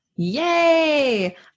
Yay